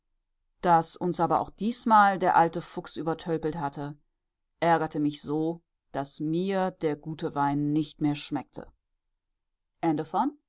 daß uns aber auch diesmal der alte fuchs übertölpelt hatte ärgerte mich so daß mir der gute wein nicht mehr schmeckte